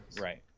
Right